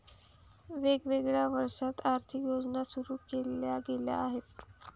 वेगवेगळ्या वर्षांत आर्थिक योजना सुरू केल्या गेल्या आहेत